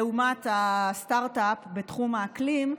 לאומת הסטרטאפ בתחום האקלים.